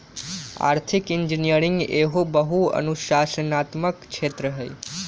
आर्थिक इंजीनियरिंग एहो बहु अनुशासनात्मक क्षेत्र हइ